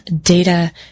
data